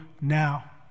now